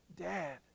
Dad